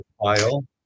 file